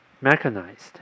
mechanized